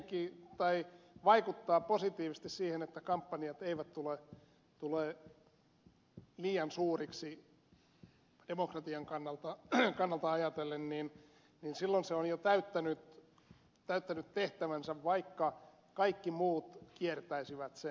jos katto vaikuttaa positiivisesti siihen että kampanjat eivät tule liian suuriksi demokratian kannalta ajatellen niin silloin se on jo täyttänyt tehtävänsä vaikka kaikki muut kiertäisivät sen